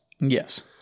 Yes